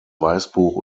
weißbuch